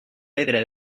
pedra